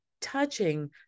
touching